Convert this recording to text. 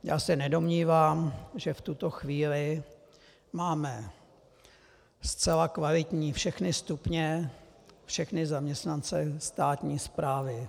Já se nedomnívám, že v tuto chvíli máme zcela kvalitní všechny stupně, všechny zaměstnance státní správy.